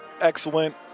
excellent